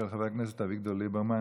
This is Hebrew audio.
של חבר הכנסת אביגדור ליברמן.